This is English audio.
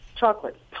chocolate